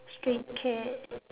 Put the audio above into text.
stray cat